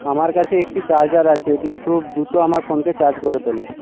আমার কাছে একটি চার্জার আছে এটি খুব দ্রুত আমার ফোনকে চার্জ করে তোলে